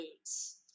boots